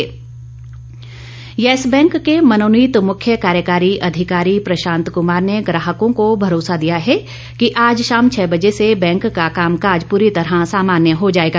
yes Bank Yes Bank के मनोनीत मुख्य कार्यकारी अधिकारी प्रशांत कुमार ने ग्राहकों को भरोसा दिया है कि आज शाम छह बजे से बैंक का काम काज पूरी तरह सामान्य हो जायेगा